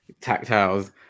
tactiles